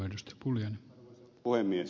arvoisa puhemies